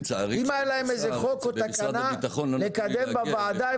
אם היה להם איזה חוק או תקנה לקדם בוועדה,